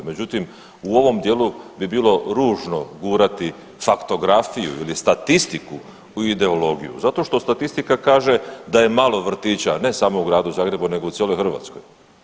Međutim, u ovom dijelu bi bilo ružno gurati faktografiju ili statistiku u ideologiju zato što statistika kaže da je malo vrtića ne samo u Gradu Zagrebu nego u cijeloj Hrvatskoj.